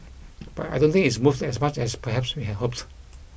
but I don't think it's moved as much as perhaps we had hoped